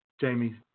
Jamie